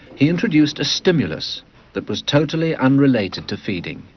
he introduced a stimulus that was totally unrelated to feeding